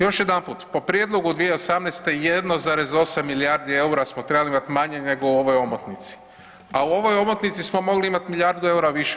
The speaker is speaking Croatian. Još jedanput po prijedlogu 2018. 1,8 milijardi eura smo trebali imati manje nego u ovoj omotnici, a u ovoj omotnici smo mogli imati milijardu eura više.